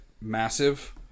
massive